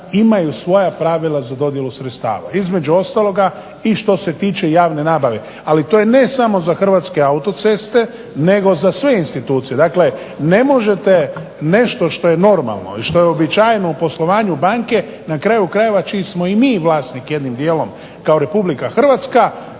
imaju svoja pravila za dodjelu sredstava. Između ostaloga i što se tiče javne nabave. Ali to je ne samo za Hrvatske autoceste, nego za sve institucije. Dakle ne možete nešto što je normalno i što je uobičajeno u poslovanju banke, na kraju krajeva čiji smo i mi vlasnik jednim dijelom kao Republika Hrvatska,